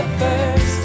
first